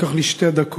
זה ייקח לי שתי דקות,